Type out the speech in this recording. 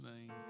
name